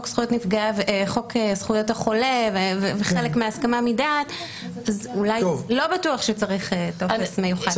חוק זכויות החולה וחלק מהסכמה מדעת אז אולי לא בטוח שצריך טופס מיוחד.